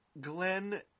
Glenn